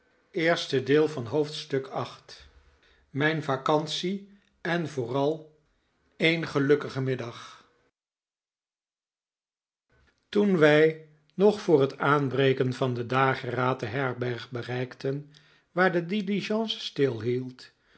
viii mijn vacantie en vooral een gelukkige middag toen wij nog voor het aanbreken van den dageraad de herberg bereikten waar de